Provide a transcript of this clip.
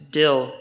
dill